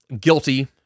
guilty